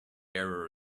error